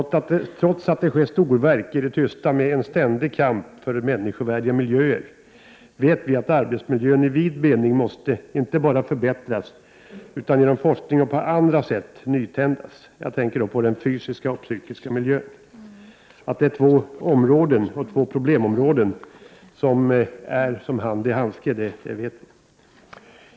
Trots att det sker storverk i det tysta med en ständig kamp för människovärdiga miljöer, vet vi att arbetsmiljön i vid mening måste inte bara förbättras utan genom forskning och på andra sätt nytändas. Jag tänker då på den fysiska och psykiska miljön. Vi vet att det är två områden och två problemområden som är såsom hand i handske.